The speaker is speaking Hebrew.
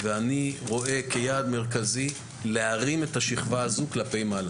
אני רואה כיעד מרכזי להרים את השכבה הזו כלפי מעלה,